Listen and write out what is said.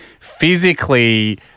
physically